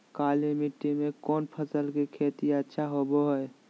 काली मिट्टी में कौन फसल के खेती अच्छा होबो है?